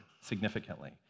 significantly